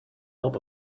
help